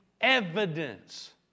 evidence